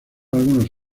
algunos